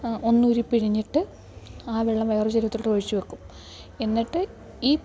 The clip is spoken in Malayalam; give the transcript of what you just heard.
ഒന്നൂരി പിഴിഞ്ഞിട്ട് ആ വെള്ളം വേറെ ചെരുവത്തിലോട്ട് ഒഴിച്ച് വെക്കും എന്നിട്ട് ഈ